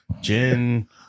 gin